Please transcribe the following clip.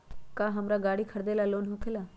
का हमरा गारी खरीदेला लोन होकेला?